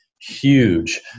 huge